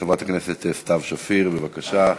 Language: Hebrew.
חברת הכנסת סתיו שפיר, בבקשה.